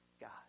God